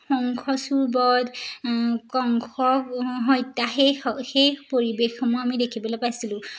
শংখচূড় বধ কংস হত্যা সেই সেই পৰিৱেশসমূহ আমি দেখিবলৈ পাইছিলোঁ